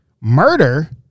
Murder